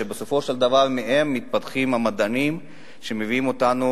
שבסופו של דבר ממנו מתפתחים המדענים שמביאים אותנו